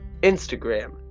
Instagram